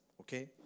okay